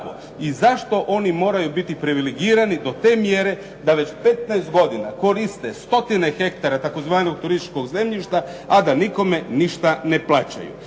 i zašto oni moraju biti privilegirani do te mjere da već petnaest godina koriste stotine hektara tzv. turističkog zemljišta a da nikome ništa ne plaćaju.